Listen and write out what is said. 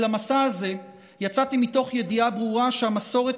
אל המסע הזה יצאתי מתוך ידיעה ברורה שהמסורת